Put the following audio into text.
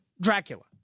Dracula